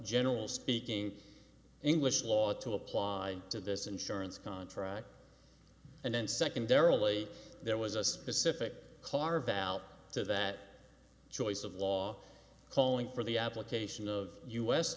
general speaking english law to apply to this insurance contract and then secondarily there was a specific carve out to that choice of law calling for the application of u